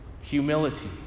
Humility